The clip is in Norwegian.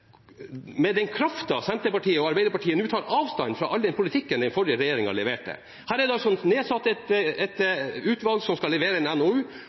all den politikken den forrige regjeringen leverte. Her er det nedsatt et utvalg som skal levere en NOU.